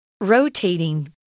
Rotating